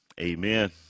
amen